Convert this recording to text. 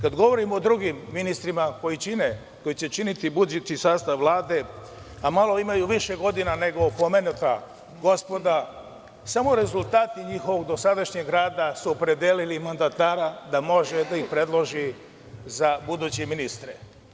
Kada govorimo o drugim ministrima koji će činiti budući sastav Vlade, a malo imaju više godina nego pomenuta gospoda, samo rezultati njihovog dosadašnjeg rada su opredelili mandatara da može da ih predloži za buduće ministre.